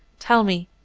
tell me,